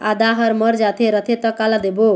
आदा हर मर जाथे रथे त काला देबो?